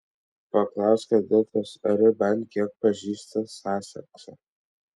paklausiau editos ar ji bent kiek pažįsta saseksą